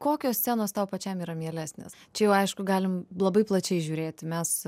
kokios scenos tau pačiam yra mielesnės čia jau aišku galim labai plačiai žiūrėti mes